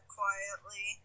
quietly